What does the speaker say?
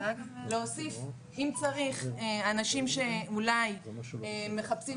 ואם צריך להוסיף אנשים שאולי מחפשים